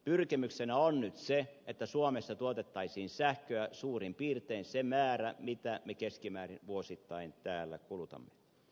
pyrkimyksenä on nyt se että suomessa tuotettaisiin sähköä suurin piirtein se määrä mitä me keskimäärin vuosittain täällä kulutamme